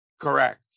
Correct